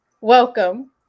Welcome